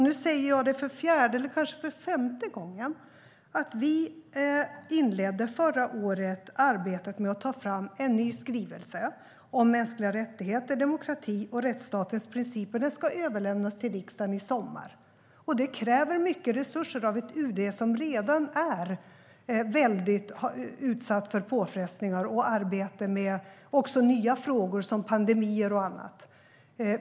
Nu säger jag det för fjärde eller kanske femte gången: Vi inledde förra året arbetet med att ta fram en ny skrivelse om mänskliga rättigheter, demokrati och rättsstatens principer. Den ska överlämnas till riksdagen i sommar. Det kräver mycket resurser av ett UD som redan är svårt utsatt för påfrestningar även när det gäller arbete med nya frågor som pandemier och annat.